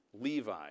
Levi